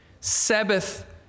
Sabbath